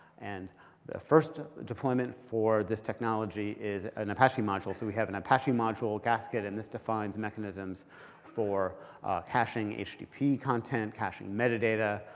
and the first deployment for this technology is an apache module. so we have an apache module gasket, and this defines mechanisms for caching http content, caching metadata,